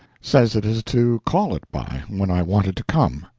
says it is to call it by, when i want it to come.